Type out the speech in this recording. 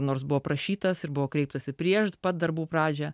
nors buvo prašytas ir buvo kreiptasi prieš pat darbų pradžią